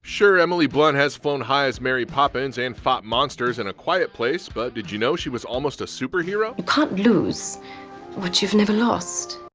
sure emily blunt has flown high as mary poppins and fought monsters in a quiet place, but did you know she was almost a superhero? you can't lose what you've never lost.